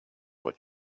what